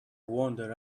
wander